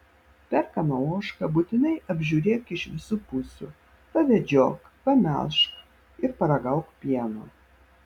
perkamą ožką būtinai apžiūrėk iš visų pusių pavedžiok pamelžk ir paragauk pieno